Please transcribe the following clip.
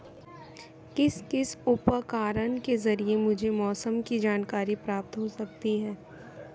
किस किस उपकरण के ज़रिए मुझे मौसम की जानकारी प्राप्त हो सकती है?